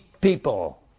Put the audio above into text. people